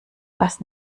was